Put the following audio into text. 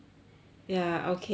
ya okay